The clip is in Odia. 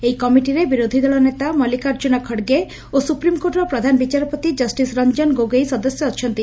ଏହି କମିଟିରେ ବିରୋଧୀ ଦଳ ନେତା ମଲ୍କିକାର୍କୁନ ଖଡ୍ଗେ ଓ ସ୍ପ୍ରିମ୍କୋର୍ଟର ପ୍ରଧାନ ବିଚାରପତି କଷିସ୍ ରଞ୍ଞନ ଗୋଗୋଇ ସଦସ୍ୟ ଅଛନ୍ତି